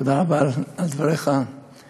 תודה רבה על דבריך המרגשים.